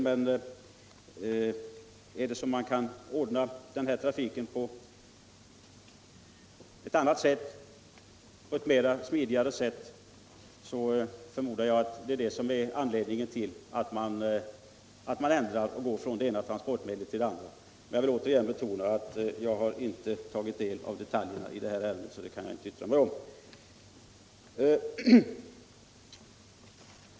Men är det så att man kan ordna trafiken på ett mer smidigt sätt så förmodar jag att det är det som är anledningen till att man övergår från det ena transportmedlet till det andra. Men jag vill återigen betona att jag inte har tagit del av detaljerna i'det här ärendet och därför inte kan yttra mig om dem.